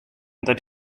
that